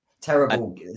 terrible